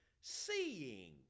Seeing